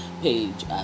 page